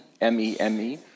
M-E-M-E